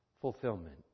fulfillment